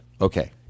Okay